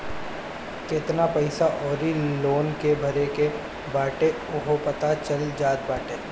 केतना पईसा अउरी लोन के भरे के बाटे उहो पता चल जात बाटे